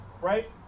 right